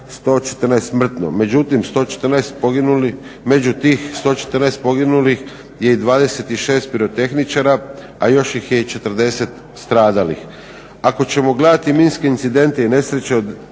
114 poginulih, među tih 114 poginulih je i 26 pirotehničara, a još ih je i 40 stradalih. Ako ćemo gledati minske incidente i nesreće od